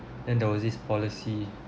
then there was this policy